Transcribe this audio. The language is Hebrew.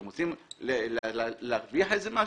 אתם רוצים להרוויח איזה משהו?